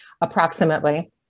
approximately